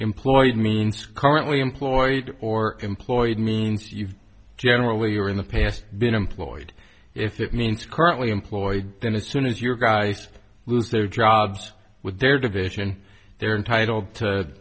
employed means currently employed or employed means you've generally or in the past been employed if it means currently employed then as soon as your guys lose their jobs with their division they're entitled to